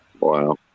Wow